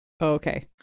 Okay